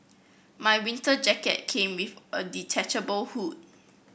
my winter jacket came with a detachable hood